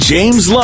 James